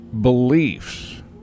beliefs